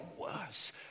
worse